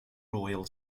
royal